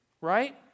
right